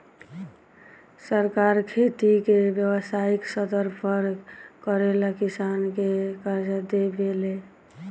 सरकार खेती के व्यवसायिक स्तर पर करेला किसान के कर्जा देवे ले